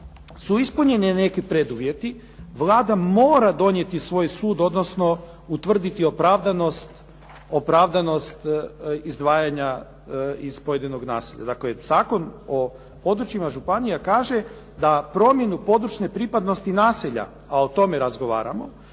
su ispunjeni neki preduvjeti, Vlada mora donijeti svoj sud, odnosno utvrditi opravdanost izdvajanja iz pojedinog naselja. Dakle, Zakon o područjima županija kaže da promjenu područne pripadnosti naselja, a o tome razgovaramo